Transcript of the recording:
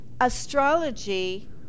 astrology